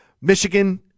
Michigan